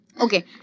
okay